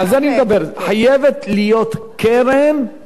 חייבת להיות קרן להצלת המפעלים היום.